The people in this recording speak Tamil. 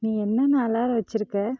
நீ என்னென்ன அலாரம் வெச்சுருக்க